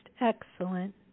excellent